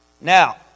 Now